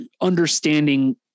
understanding